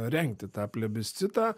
rengti tą plebiscitą